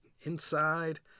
Inside